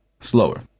slower